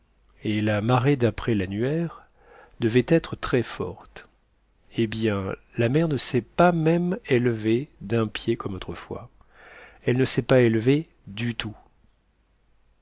et la marée d'après l'annuaire devait être très forte eh bien la mer ne s'est pas même élevée d'un pied comme autrefois elle ne s'est pas élevée du tout